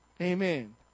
Amen